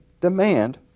demand